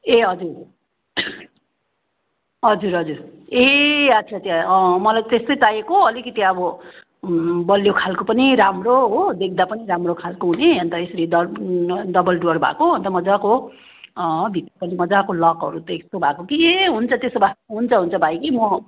ए हजुर हजुर हजुर ए अच्छा अच्छा अँ मलाई त्यस्तै चाहिएको अलिकति अब बलियो खालको पनि राम्रो हो देख्दा पनि राम्रो खालको हुने अन्त यसले डर डबल डुअर भएको अन्त मजाको अँ भित्र पनि मजाको लकहरू त्यही यस्तो भएको कि ए हुन्छ त्यसो भए हुन्छ हुन्छ भाइ कि म